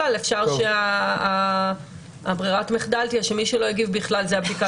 אפשר שברירת המחדל תהיה שמי שלא הגיב בכלל זו תהיה בדיקת השימושיות.